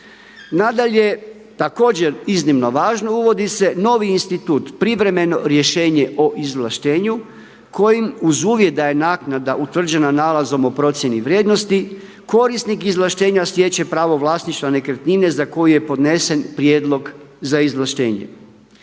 Nadalje, također iznimno važno uvodi se novi institut privremeno rješenje o izvlaštenju kojim uz uvjet da je naknada utvrđena nalazom o procjeni vrijednosti korisnik izvlaštenja stječe pravo vlasništva nekretnine za koji je podnesen prijedlog za izvlaštenjem.